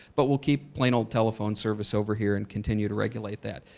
but we'll keep plain old telephone service over here and continue to regulate that.